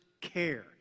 care